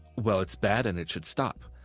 well, it's bad and it should stop.